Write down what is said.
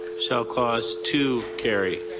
shall clause two carry?